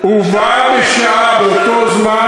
"ובה בשעה" באותו זמן,